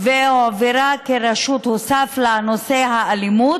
והועברה כרשות, הוסף לה נושא האלימות,